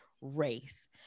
race